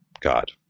God